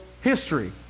history